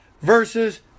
versus